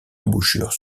embouchure